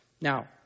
Now